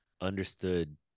understood